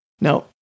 Now